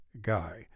guy